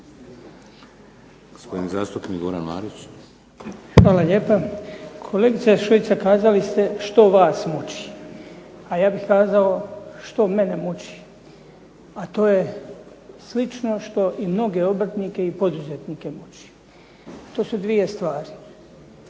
Hvala lijepa. Kolegice Šuica, kazali ste što vas muči, a ja bih kazao što mene muči, a to je slično što i mnoge obrtnike i poduzetnike muči. To su dvije stvari: